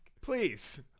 Please